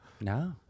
No